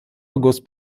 august